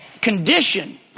condition